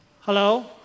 Hello